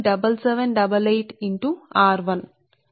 7788 r1 కి సమానం గా ఉంటుంది సరే